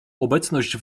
obecność